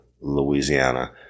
Louisiana